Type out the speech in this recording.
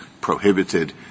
prohibited